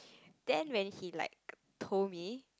then when he like told me